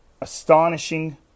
astonishing